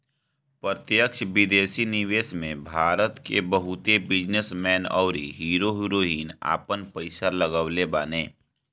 प्रत्यक्ष विदेशी निवेश में भारत के बहुते बिजनेस मैन अउरी हीरो हीरोइन आपन पईसा लगवले बाने